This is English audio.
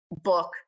book